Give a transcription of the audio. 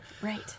Right